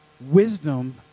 Wisdom